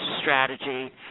strategy